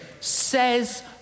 says